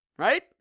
Right